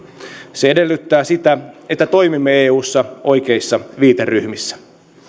se edellyttää sitä että toimimme eussa oikeissa viiteryhmissä